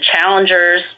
challengers